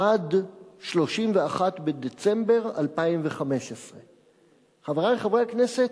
עד 31 בדצמבר 2015. חברי חברי הכנסת,